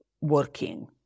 working